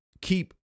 keep